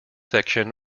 section